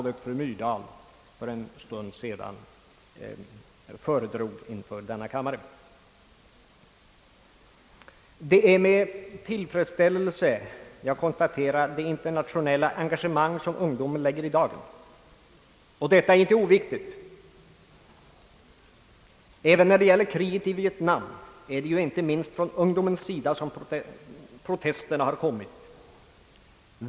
Det är med tillfredsställelse jag konstaterar det internationella engagemang som ungdomen lägger i dagen. Även när det gäller kriget i Vietnam är det ju inte minst från ungdomens sida som protesterna har kommit.